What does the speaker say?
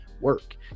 work